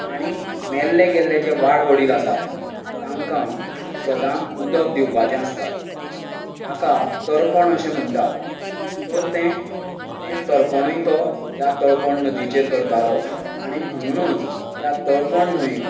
आनी मेल्ले गेल्ले जे वाड वडील आसा तांकां सदांच उदक दिवपाचें आसता ताका तर्पण अशें म्हणटात तर तें तें तर्पणूय तो त्या तळपण नदीचेर करतालो आनी म्हणुनूच त्या तळपण न्हंयक